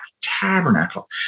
tabernacle